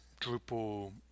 Drupal